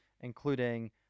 including